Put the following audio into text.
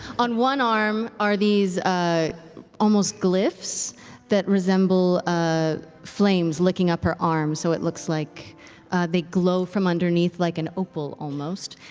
on one arm are these ah almost glyphs that resemble ah flames licking up her arm, so it looks like they glow from underneath like an opal almost,